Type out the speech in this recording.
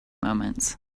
moments